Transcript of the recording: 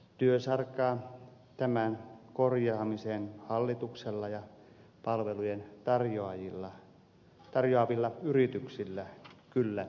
työsarkaa tämän korjaamiseen hallituksella ja palveluita tarjoavilla yrityksillä kyllä riittää